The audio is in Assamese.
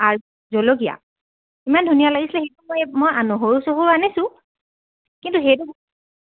আৰু জলকীয়া ইমান ধুনীয়া লাগিছিলে সেইটো মই মই নহৰু চহৰু আনিছোঁ কিন্তু সেইটো